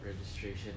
registration